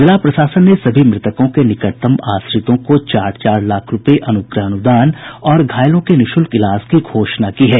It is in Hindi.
जिला प्रशासन ने सभी मृतकों के निकटतम आश्रितों को चार चार लाख रूपये अनुग्रह अनुदान और घायलों के निःशुल्क इलाज की घोषणा की है